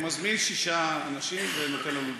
הוא מזמין שישה אנשים ונותן לנו לדבר.